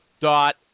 dot